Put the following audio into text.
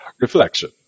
Reflection